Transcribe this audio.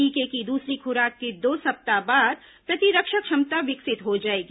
टीके की दसरी खुराक के दो सप्ताह बाद प्रतिरक्षक क्षमता विकसित हो जाएगी